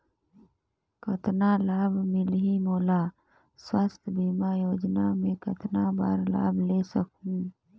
कतना लाभ मिलही मोला? स्वास्थ बीमा योजना मे कतना बार लाभ ले सकहूँ?